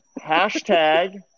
hashtag